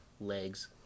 legs